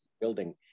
building